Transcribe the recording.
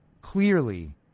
clearly